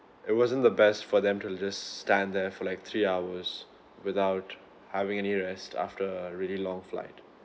it wasn't the best for them to just stand there for like three hours without having any rest after a really long flight